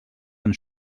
ens